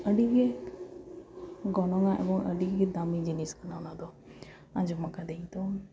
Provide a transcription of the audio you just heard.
ᱟᱹᱰᱤᱜᱮ ᱜᱚᱱᱚᱝᱼᱟ ᱮᱵᱚᱝ ᱟᱹᱰᱤᱜᱮ ᱫᱟᱢᱤ ᱡᱤᱱᱤᱥ ᱠᱟᱱᱟ ᱚᱱᱟ ᱫᱚ ᱟᱸᱡᱚᱢᱟᱠᱟᱫᱟᱹᱧ ᱛᱚ